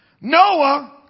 Noah